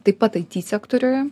taip pat aity sektoriuje